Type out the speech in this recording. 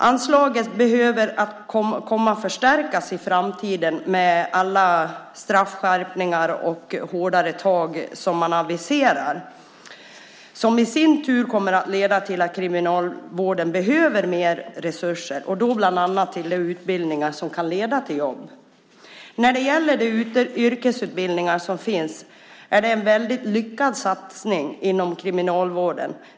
Anslaget kommer att behöva förstärkas i framtiden i och med alla straffskärpningar och hårdare tag som man aviserar. Det kommer i sin tur att leda till att Kriminalvården behöver mer resurser, bland annat till de utbildningar som kan leda till jobb. De yrkesutbildningar som finns är en lyckad satsning inom kriminalvården.